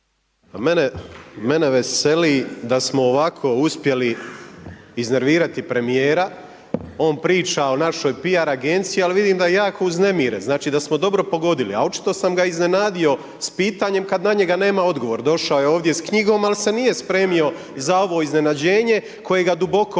Mene veseli, da smo ovako uspjeli iznervirati premjera, on priča o našoj PR agenciji, ali vidim da je jako uznemiren, znači da smo dobro pogodili, a očito sam ga iznenadio s pitanjem, kada na njega nema odgovor, došao je ovdje s knjigom, ali se nije spremio za ovo iznenađenje, koje ga duboko kompromitira.